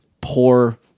poor